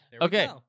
Okay